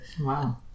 Wow